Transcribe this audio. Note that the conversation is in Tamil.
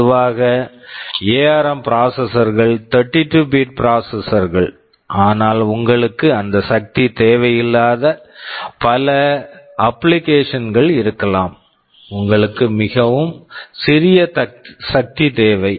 பொதுவாக எஆர்ம் ARM ப்ராசசர்ஸ் processors கள் 32 பிட் bit ப்ராசசர்ஸ் processors கள் ஆனால் உங்களுக்கு அந்த சக்தி தேவையில்லாத பல அப்ளிகேஷன் application கள் இருக்கலாம் உங்களுக்கு மிகவும் சிறிய சக்தி தேவை